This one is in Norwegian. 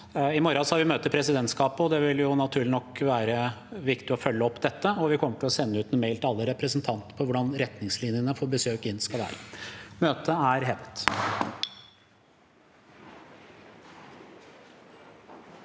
I morgen har vi møte i presidentskapet, og det vil naturlig nok være viktig å følge opp dette. Vi kommer til å sende ut en mail til alle representantene om hvordan retningslinjene for besøk inn skal være. – Møtet er hevet.